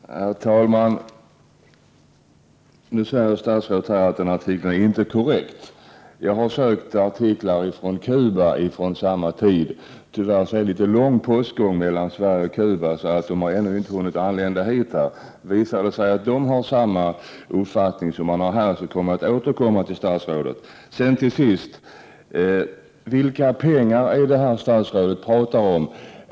Herr talman! Nu säger statsrådet att artikeln inte är korrekt. Jag har sökt artiklar från Cuba som är från samma tid. Tyvärr är det litet lång postgång mellan Sverige och Cuba, så de har ännu inte hunnit anlända. Visar det sig att de har samma uppfattning som den svenska tidningen återkommer jag till statsrådet. Till sist: Vilka pengar är det statsrådet pratar om?